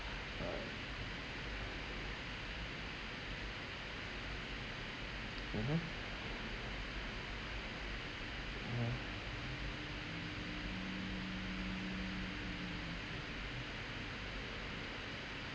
uh mmhmm mmhmm